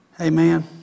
Amen